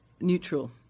neutral